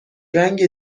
رنگ